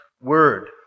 word